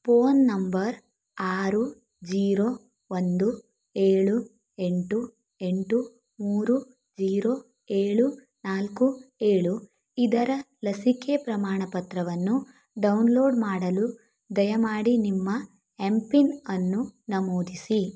phone number ಆರು zero ಒಂದು ಏಳು ಎಂಟು ಎಂಟು ಮೂರು ಜೀರೋ ಏಳು ನಾಲ್ಕು ಏಳು ಇದರ ಲಸಿಕೆ ಪ್ರಮಾಣ ಪತ್ರವನ್ನು ಡೌನ್ಲೋಡ್ ಮಾಡಲು ದಯಮಾಡಿ ನಿಮ್ಮ ಎಮ್ ಪಿನ್ ಅನ್ನು ನಮೂದಿಸಿ